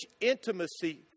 intimacy